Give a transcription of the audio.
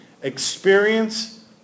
Experience